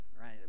right